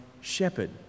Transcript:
shepherd